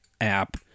app